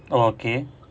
oh okay